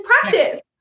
practice